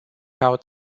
out